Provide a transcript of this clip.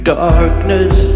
darkness